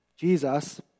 Jesus